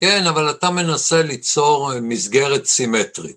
‫כן, אבל אתה מנסה ליצור ‫מסגרת סימטרית.